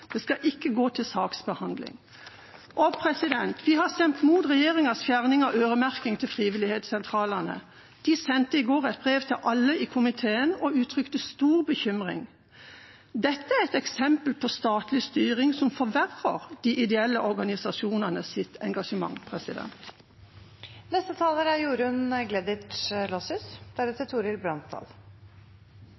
det kostnadsfritt. Det skal ikke gå til saksbehandling. Vi har stemt mot regjeringas fjerning av øremerking til frivillighetssentralene. De sendte i går et brev til alle i komiteen og uttrykte stor bekymring. Dette er et eksempel på statlig styring som forverrer de ideelle organisasjonenes engasjement. Vi er